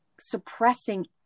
suppressing